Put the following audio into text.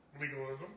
legalism